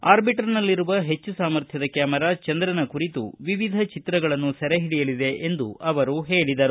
ಆರ್ಬಿಟರ್ನಲ್ಲಿರುವ ಹೆಚ್ಚು ಸಾಮರ್ಥ್ಯದ ಕ್ಷಾಮೆರಾ ಚಂದ್ರನ ಕುರಿತ ವಿವಿಧ ಚಿತ್ರಗಳನ್ನು ಸೆರೆ ಹಿಡಿಯಲಿದೆ ಎಂದು ಹೇಳಿದರು